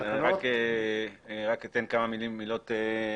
לפני כן, כמה מילים.